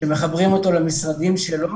שמחברים אותו למשרדים שלו